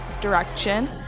direction